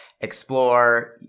Explore